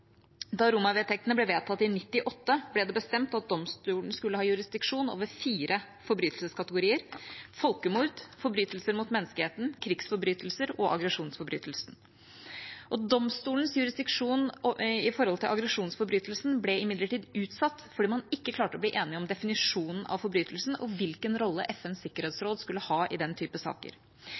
Da Roma-vedtektene ble vedtatt i 1998, ble det bestemt at domstolen skulle ha jurisdiksjon over fire forbrytelseskategorier: folkemord, forbrytelser mot menneskeheten, krigsforbrytelser og aggresjonsforbrytelser. Domstolens jurisdiksjon med hensyn til aggresjonsforbrytelser ble imidlertid utsatt fordi man ikke klarte å bli enige om definisjonen av forbrytelsen og hvilken rolle FNs sikkerhetsråd skulle ha i den typen saker.